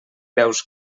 veus